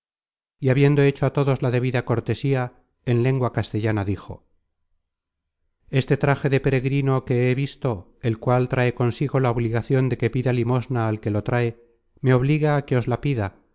y habiendo hecho a todos la debida cortesía en lengua castellana dijo este traje de peregrino que visto el cual trae consigo la obligacion de que pida limosna al que lo trae me obliga á que os la pida